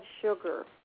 sugar